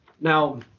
Now